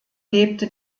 lebte